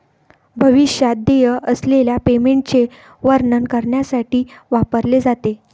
भविष्यात देय असलेल्या पेमेंटचे वर्णन करण्यासाठी वापरले जाते